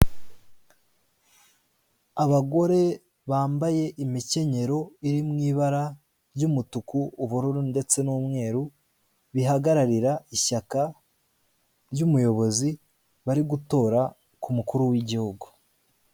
Abagore bambaye imikenyero iri mu ibara ry'umutuku, ubururu ndetse n'umweru bihagararira ishyaka ry'umuyobozi bari gutora ku mukuru w'igihugu.